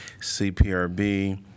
CPRB